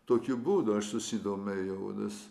tokiu būdu aš susidomėjau nes